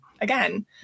again